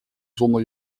zonder